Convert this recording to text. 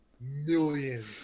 millions